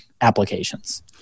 applications